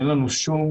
אין לנו שום